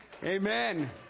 Amen